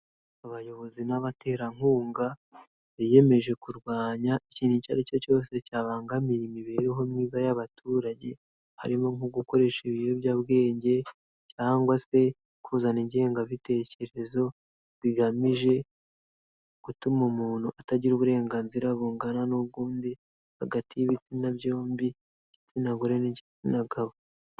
Abayobozi n'abaterankunga biyemeje kurwanya ikintu icyo ari cyo cyose cyabangamira imibereho myiza y'abaturage, harimo nko gukoresha ibiyobyabwenge cyangwa se kuzana ingengabitekerezo zigamije gutuma umuntu atagira uburenganzira bungana n'ubwu undi hagati y'ibitsina byombi, igitsina gore n'igitsina gabo.